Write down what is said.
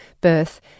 birth